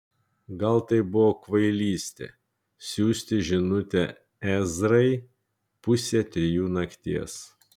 gal tai buvo kvailystė siųsti žinutę ezrai pusę trijų nakties